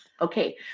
Okay